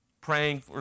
praying